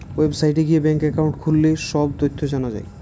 ওয়েবসাইটে গিয়ে bank account খুললে সব তথ্য জানা যায়